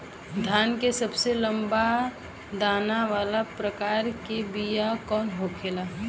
धान के सबसे लंबा दाना वाला प्रकार के बीया कौन होखेला?